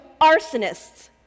arsonists